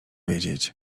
wiedzieć